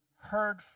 heard